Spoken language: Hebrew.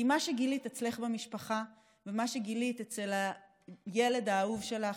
כי מה שגילית אצלך במשפחה ומה שגילית אצל הילד האהוב שלך